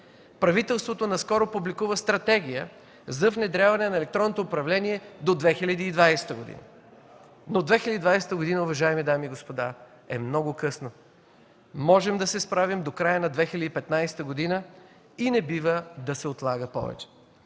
Правителството наскоро публикува Стратегия за внедряване на електронното управление до 2020 г. Но 2020 г., уважаеми дами и господа, е много късно. Можем да се справим до края на 2015 г. и не бива да се отлага повече.